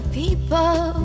people